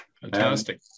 Fantastic